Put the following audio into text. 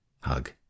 hug